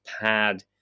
pad